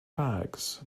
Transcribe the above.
bags